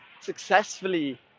successfully